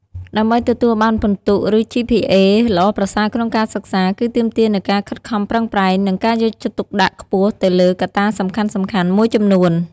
ដើម្បីទទួលបានពិន្ទុ ឬ ជីភីអេ ល្អប្រសើរក្នុងការសិក្សា គឺទាមទារនូវការខិតខំប្រឹងប្រែង និងការយកចិត្តទុកដាក់ខ្ពស់ទៅលើកត្តាសំខាន់ៗមួយចំនួន។